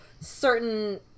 certain